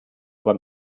beim